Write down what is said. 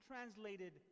translated